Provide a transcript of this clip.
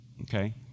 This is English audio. Okay